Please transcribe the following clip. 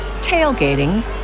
tailgating